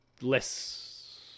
less